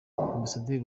ambasaderi